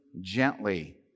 gently